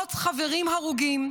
עשרות חברים הרוגים,